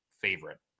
Favorite